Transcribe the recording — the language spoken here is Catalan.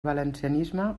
valencianisme